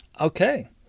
Okay